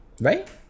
Right